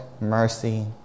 mercy